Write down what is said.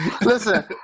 Listen